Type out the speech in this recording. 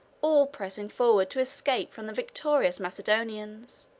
all pressing forward to escape from the victorious macedonians.